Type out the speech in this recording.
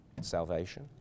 salvation